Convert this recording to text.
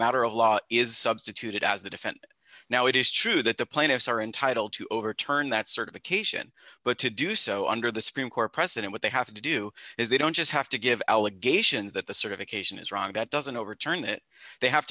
matter of law is substituted as the defendant now it is true that the plaintiffs are entitled to overturn that certification but to do so under the supreme court precedent what they have to do is they don't just have to give allegations that the certification is wrong that doesn't overturn it they have